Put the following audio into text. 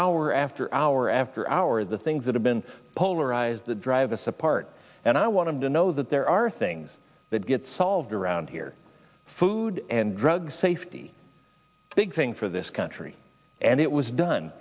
hour after hour after hour the things that have been polarized that drive this apart and i want to know that there are things that get solved around here food and drug safety big thing for this country and it was done